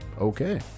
okay